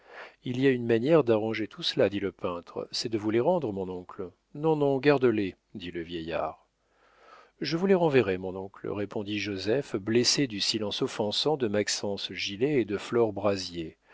il y a une manière d'arranger tout cela dit le peintre c'est de vous les rendre mon oncle non non garde-les dit le vieillard je vous les renverrai mon oncle répondit joseph blessé du silence offensant de maxence gilet et de flore brazier